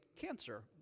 cancer